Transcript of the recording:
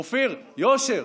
אופיר, יושר.